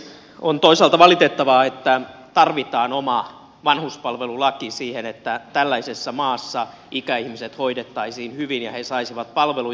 on toisaalta valitettavaa että tarvitaan oma vanhuspalvelulaki siihen että tällaisessa maassa ikäihmiset hoidettaisiin hyvin ja he saisivat palveluja